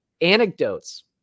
anecdotes